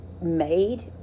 made